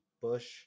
Bush